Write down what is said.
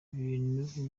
ibintu